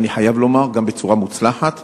ואני חייב לומר, גם בצורה מוצלחת